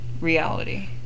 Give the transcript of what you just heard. reality